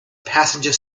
passenger